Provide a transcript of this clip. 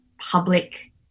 public